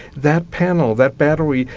that panel, that battery,